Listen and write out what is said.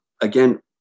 again